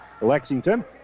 Lexington